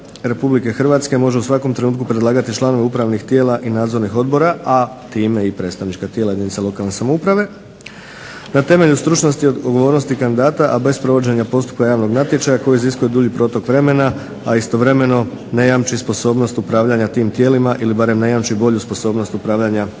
Republike Hrvatske može u svakom trenutku predlagati članove upravnih tijela i nadzornih odbora, a time i predstavnička tijela jedinica lokalne samouprave na temelju stručnosti i odgovornosti kandidata, a bez provođenja postupka javnog natječaja koji iziskuje dulji protok vremena, a istovremeno ne jamči i sposobnost upravljanja tim tijelima ili barem ne jamči bolju sposobnost upravljanja tim